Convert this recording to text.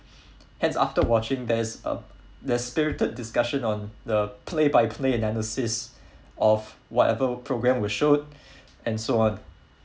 hence after watching there's um the spirited discussion on the play by play analysis of whatever program were shown and so on